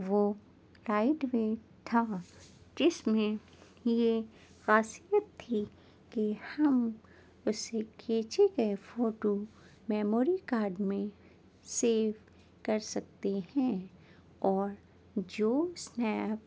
وہ ٹائٹ بھی تھا جس میں یہ خاصیت تھی کہ ہم اس سے کھینچے گئے فوٹو میموری کارڈ میں سیو کر سکتے ہیں اور جو اسنیپ